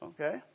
okay